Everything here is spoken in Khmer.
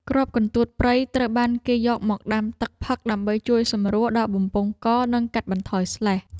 គ្រាប់កន្តួតព្រៃត្រូវបានគេយកមកដាំទឹកផឹកដើម្បីជួយសម្រួលដល់បំពង់ក និងកាត់បន្ថយស្លេស។